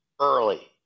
early